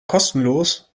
kostenlos